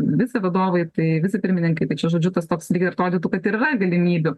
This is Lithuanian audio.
vicevadovai tai vicepirmininkai tai čia žodžiu tas toks lyg ir atrodytų kad ir yra galimybių